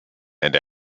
and